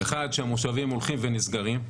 אחד, שהמושבים הולכים ונסגרים.